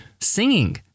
singing